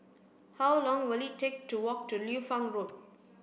how long will it take to walk to Liu Fang Road